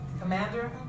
Commander